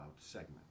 segment